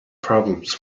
problems